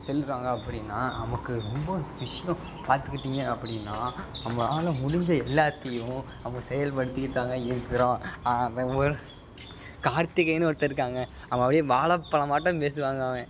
செல்கிறாங்க அப்படின்னா நமக்கு ரொம்ப விஷயம் பாத்துக்கிட்டீங்க அப்படின்னா நம்மளால முடிஞ்ச எல்லாத்தையும் நம்ம செயல்படுத்திக்கிட்டு தாங்க இருக்கிறோம் கார்திகைனு ஒருத்தன் இருக்காங்க அவன் அப்படியே வாழைப்பழமாட்டும் பேசுவாங்க அவன்